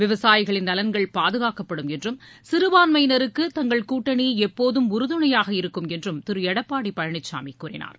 விவசாயிகளின் நலன்கள் பாதுகாக்கப்படும் என்றும் சிறுபான்மையினருக்கு தங்கள் கூட்டணி எப்போது உறுதுணையாக இருக்கும் என்றும் திரு எடப்பாடி பழனிசாமி கூறினார்